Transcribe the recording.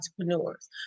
entrepreneurs